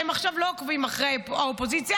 הם עכשיו לא עוקבים אחרי האופוזיציה,